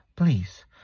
Please